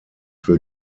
für